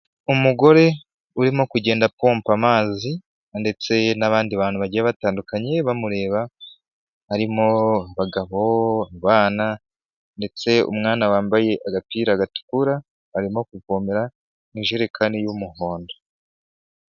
Umugore urimo kugenda apompa amazi ndetse n'abandi bantu bagiye batandukanye bamureba. Harimo abagabo, abana ndetse umwana wambaye agapira gatukura arimo kuvomera mu ijerekani y'umuhondo.